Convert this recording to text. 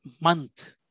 Month